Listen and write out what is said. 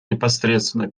непосредственно